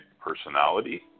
personality